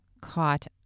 caught